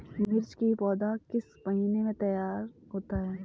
मिर्च की पौधा किस महीने में तैयार होता है?